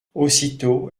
aussitôt